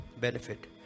Benefit